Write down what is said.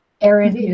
Aaron